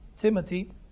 timothy